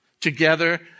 together